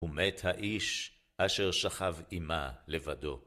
ומת האיש אשר שכב עמה לבדו.